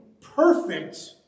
perfect